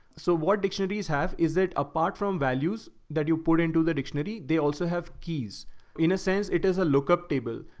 so what dictionaries have is that apart from values that you put into the dictionary, they also have keys in a sense, it is a lookup table.